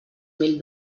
mil